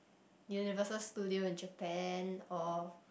Universal-Studio in Japan or